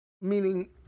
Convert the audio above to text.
Meaning